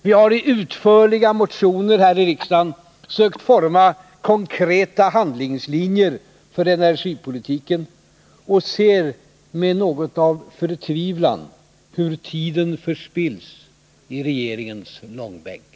Vi har i utförliga motioner här i riksdagen sökt forma konkreta handlingslinjer för energipolitiken och ser med något av förtvivlan hur tiden förspills i regeringens långbänk.